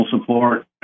support